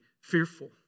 fearful